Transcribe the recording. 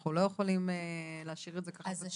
אנחנו לא יכולים להשאיר את זה ככה פתוח.